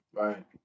Right